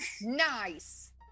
Nice